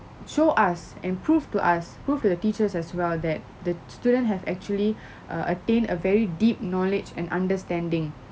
show us and prove to us prove to the teachers as well that the te~ students have actually err attain a very deep knowledge and understanding